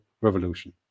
revolution